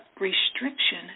restriction